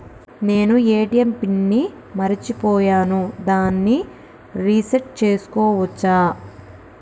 నేను ATM pin ని మరచిపోయాను దాన్ని రీ సెట్ చేసుకోవచ్చా?